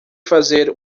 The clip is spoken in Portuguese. fazer